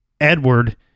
Edward